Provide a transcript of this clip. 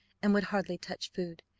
and would hardly touch food,